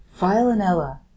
Violinella